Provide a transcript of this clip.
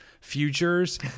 futures